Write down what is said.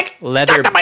leather